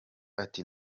ati